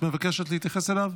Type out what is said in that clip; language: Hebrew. את מבקשת להתייחס אליו?